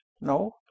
No